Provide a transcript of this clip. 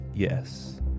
Yes